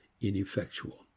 ineffectual